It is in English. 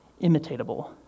imitatable